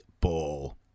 ball